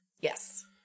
Yes